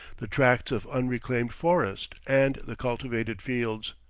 the tracts of unreclaimed forest, and the cultivated fields.